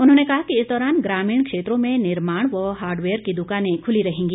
उन्होंने कहा कि इस दौरान ग्रामीण क्षेत्रों में निर्माण व हार्डवेयर की दुकानें खुली रहेगी